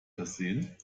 versehen